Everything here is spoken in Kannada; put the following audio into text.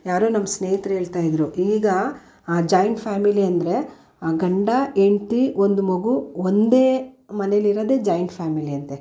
ಯಾರೋ ನಮ್ಮ ಸ್ನೇಹಿತ್ರು ಹೇಳ್ತಾಯಿದ್ರು ಈಗ ಜಾಯಿಂಟ್ ಫ್ಯಾಮಿಲಿ ಅಂದರೆ ಗಂಡ ಹೆಂಡ್ತಿ ಒಂದು ಮಗು ಒಂದೇ ಮನೇಲಿರೋದೇ ಜಾಯಿಂಟ್ ಫ್ಯಾಮಿಲಿಯಂತೆ